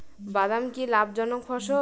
বাদাম কি লাভ জনক ফসল?